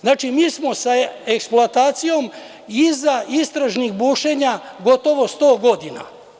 Znači, mi smo sa eksploatacijom iza istražnih bušenja gotovo sto godina.